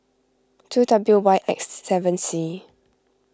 two W Y X seven C